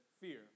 fear